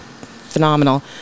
phenomenal